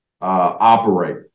operate